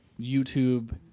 YouTube